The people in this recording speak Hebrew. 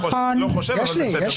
אני לא חושב, אבל בסדר.